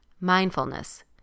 mindfulness